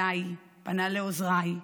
פנה אליי, פנה לעוזריי,